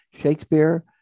Shakespeare